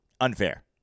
unfair